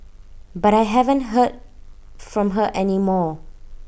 but I haven't heard from her any more